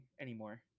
anymore